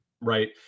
right